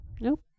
Nope